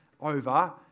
over